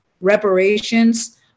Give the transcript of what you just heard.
reparations